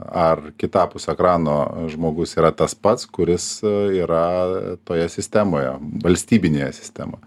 ar kitapus ekrano žmogus yra tas pats kuris yra toje sistemoje valstybinėje sistemoje